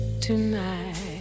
Tonight